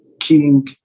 King